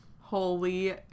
Holy